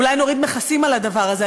אולי נוריד מכסים על הדבר הזה,